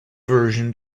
version